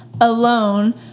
alone